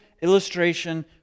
illustration